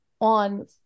on